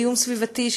בזיהום סביבתי,